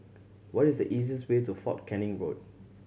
what is the easiest way to Fort Canning Road